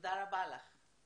תודה רבה לך.